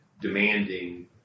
demanding